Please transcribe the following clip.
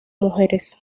mujeres